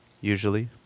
Usually